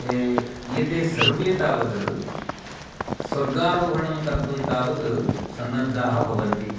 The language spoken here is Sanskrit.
एते सर्वे तावत् स्वर्गारोहणं कर्तुं तावत् सन्नद्धाः भवन्ति